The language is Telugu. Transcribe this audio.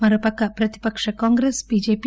మరోపక్క ప్రతిపక్ష కాంగ్రెస్ బీజేపీ